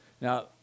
Now